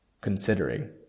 Considering